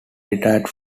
retired